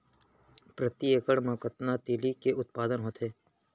प्रति एकड़ मा कतना तिलि के उत्पादन होथे?